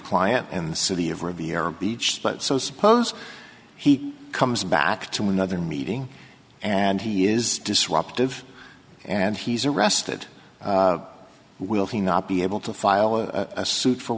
client and the city of riviera beach but so suppose he comes back to another meeting and he is disruptive and he's arrested will he not be able to file a suit for